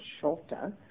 shorter